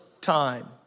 time